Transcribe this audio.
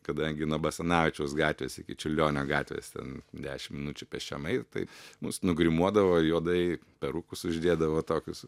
kadangi nuo basanavičiaus gatvės iki čiurlionio gatvės ten dešim minučių pėsčiom eit tai mus nugrimuodavo juodai perukus uždėdavo tokius